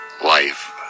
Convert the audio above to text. life